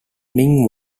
ning